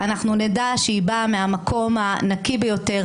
אנחנו נדע שהיא באה מהמקום הנקי ביותר,